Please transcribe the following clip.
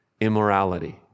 immorality